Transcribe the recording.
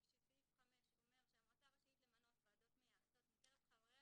סעיף 5 אומר שהמועצה רשאית למנות ועדות מייעצות מקרב חבריה